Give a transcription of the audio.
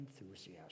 enthusiasm